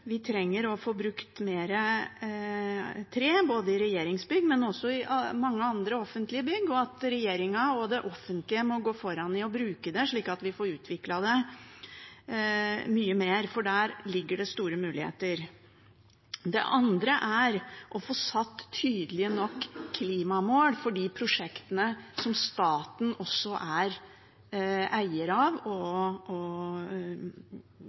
vi trenger å få brukt mer tre, i regjeringsbygg og i mange andre offentlige bygg, og fordi regjeringen og det offentlige må gå foran i å bruke det, slik at vi får utviklet det mye mer, for der ligger det store muligheter. Det andre er å få satt tydelige nok klimamål for prosjektene som staten er eier av og byggherre for, og